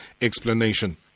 explanation